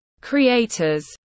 creators